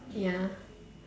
ya